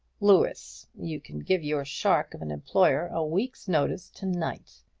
louis, you can give your shark of an employer a week's notice to-night!